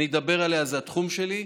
אני אדבר עליה, זה התחום שלי,